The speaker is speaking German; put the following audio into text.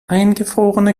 eingefrorene